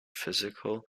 physical